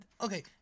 okay